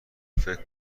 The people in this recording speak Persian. فکر